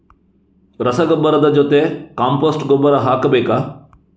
ರಸಗೊಬ್ಬರದ ಜೊತೆ ಕಾಂಪೋಸ್ಟ್ ಗೊಬ್ಬರ ಹಾಕಬೇಕಾ?